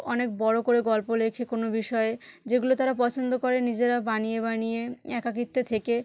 অনেক বড়ো করে গল্প লেখে কোনো বিষয়ে যেগুলো তারা পছন্দ করে নিজেরা বানিয়ে বানিয়ে একাকিত্বে থেকে